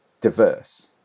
diverse